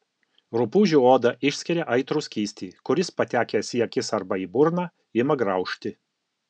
rupūžių oda išskiria aitrų skystį kuris patekęs į akis arba į burną ima graužti